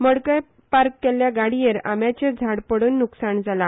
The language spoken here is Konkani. मडकय पार्क केल्या गाडीयेर आंब्याचे झाड पडून नुकसाण जाला